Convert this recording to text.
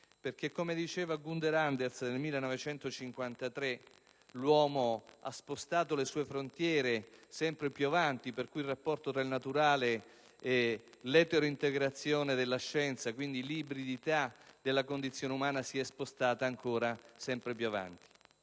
perché, come diceva Günter Andersen nel 1953: "L'uomo ha spostato le sue frontiere sempre più avanti, per cui il rapporto tra il naturale e l'eterointegrazione della scienza, quindi l'ibridità della condizione umana, si è sposata ancora sempre più avanti".